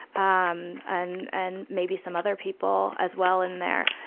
um and and maybe some other people as well in there.